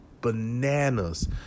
bananas